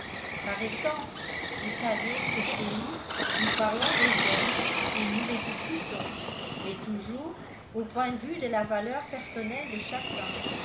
par exemple vous savez que chez nous nous parlons des hommes et nous les discutons mais toujours au point de vue de la valeur personnelle de chacun